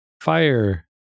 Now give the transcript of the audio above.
fire